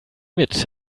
mit